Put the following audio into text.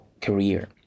career